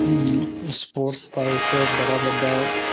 sports दा इक बड़ा बड्डा